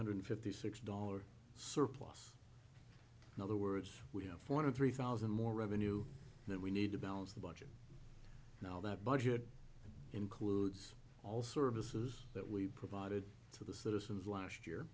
hundred fifty six dollars surplus in other words we have four hundred three thousand more revenue that we need to balance the budget now that budget includes all services that we provided to the citizens last year